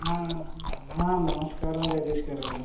ఆ ఆ నమస్కారం జగదీష్ గారు